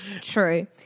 True